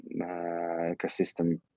ecosystem